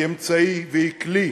היא אמצעי והיא כלי.